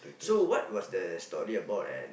so what was the story about and